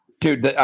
dude